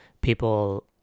people